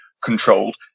controlled